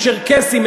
צ'רקסים,